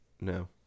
no